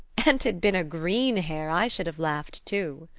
an't had been a green hair i should have laugh'd too.